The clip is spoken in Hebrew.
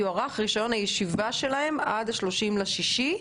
יוארך רישיון הישיבה שלהם עד ה-30 ליוני,